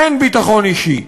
אין ביטחון אישי.